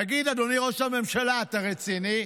תגיד, אדוני ראש הממשלה, אתה רציני?